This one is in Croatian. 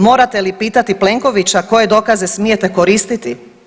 Morate li pitati Plenkovića koje dokaze smijete koristiti?